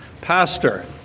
pastor